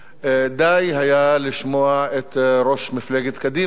די היה לשמוע את ראש מפלגת קדימה,